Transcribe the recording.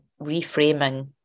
reframing